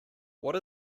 what